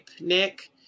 Nick